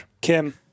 Kim